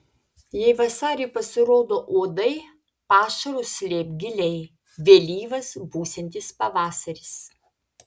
jei vasarį pasirodo uodai pašarus slėpk giliai vėlyvas būsiantis pavasaris